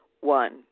One